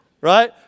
Right